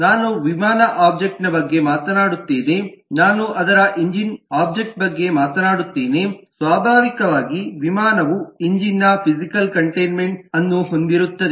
ನಾನು ವಿಮಾನ ಒಬ್ಜೆಕ್ಟ್ನ ಬಗ್ಗೆ ಮಾತನಾಡುತ್ತೇನೆ ನಾನು ಅದರ ಎಂಜಿನ್ ಒಬ್ಜೆಕ್ಟ್ನ ಬಗ್ಗೆ ಮಾತನಾಡುತ್ತೇನೆ ಸ್ವಾಭಾವಿಕವಾಗಿ ವಿಮಾನವು ಎಂಜಿನ್ನ ಫಿಸಿಕಲ್ ಕಂಟೈನ್ಮೆಂಟ್ ಅನ್ನು ಹೊಂದಿರುತ್ತದೆ